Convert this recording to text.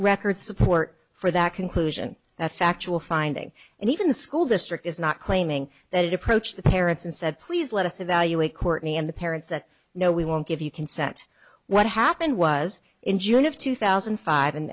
record support for that isn't that factual finding and even the school district is not claiming that it approached the parents and said please let us evaluate courtney and the parents that know we won't give you consent what happened was in june of two thousand and five and